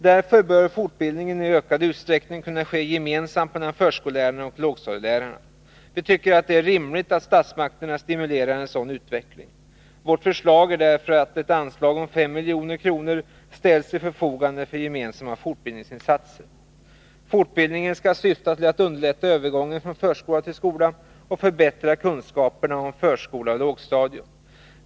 Därför bör fortbildningen i ökad utsträckning kunna ske gemensamt mellan förskolelärarna och lågstadielärarna. Vi tycker det är rimligt att statsmakterna stimulerar en sådan utveckling. Vårt förslag är därför att ett anslag på 5 milj.kr. ställs till förfogande för gemensamma fortbildningsinsatser. Fortbildningen skall syfta till att underlätta övergången från förskola till skola och förbättra kunskaperna om förskola och lågstadium.